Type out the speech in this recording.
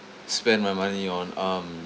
spend my money on um